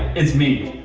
it's me,